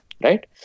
right